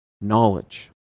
knowledge